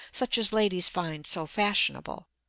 such as ladies find so fashionable.